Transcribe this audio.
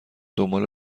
دنبال